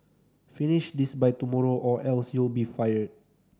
finish this by tomorrow or else you'll be fired